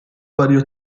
vario